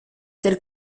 tels